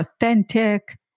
authentic